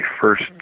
first